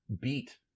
beat